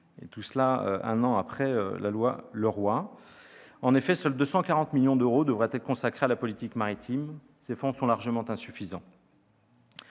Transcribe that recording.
tout cela un an après la loi Leroy. En effet, seuls 240 millions d'euros devraient être consacrés à la politique maritime. Ces fonds sont largement insuffisants.